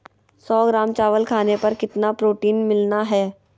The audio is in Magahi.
सौ ग्राम चावल खाने पर कितना प्रोटीन मिलना हैय?